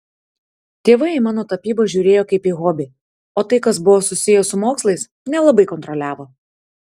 tėvai į mano tapybą žiūrėjo kaip į hobį o tai kas buvo susiję su mokslais nelabai kontroliavo